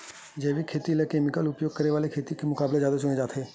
जैविक खेती ला केमिकल उपयोग करे वाले खेती के मुकाबला ज्यादा चुने जाते